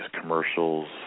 commercials